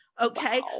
Okay